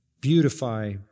beautify